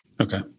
Okay